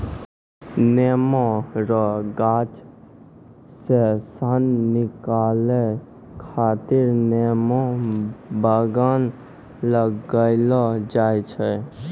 नेमो रो गाछ से सन निकालै खातीर नेमो बगान लगैलो जाय छै